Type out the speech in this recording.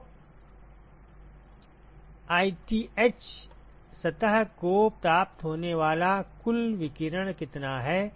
तो ith सतह को प्राप्त होने वाला कुल विकिरण कितना है